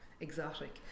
exotic